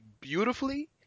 beautifully